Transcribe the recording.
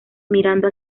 mirando